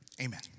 amen